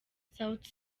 sauti